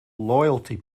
loyalty